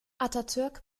atatürk